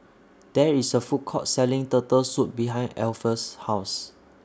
There IS A Food Court Selling Turtle Soup behind Alpheus' House